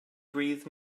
breathed